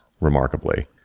Remarkably